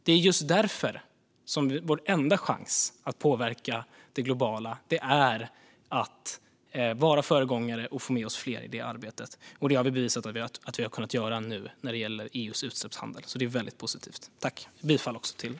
Det är just därför som vår enda chans att påverka det globala är att vara föregångare och få med oss fler i det arbetet. Det har vi bevisat att vi kan göra nu när det gäller EU:s utsläppshandel, och det är väldigt positivt. Jag yrkar bifall till förslaget.